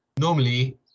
normally